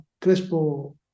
Crespo